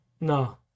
no